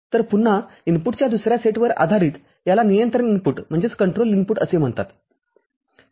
तरपुन्हा इनपुटच्या दुसर्या सेटवरआधारित याला नियंत्रण इनपुट असे म्हणतात